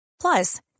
Plus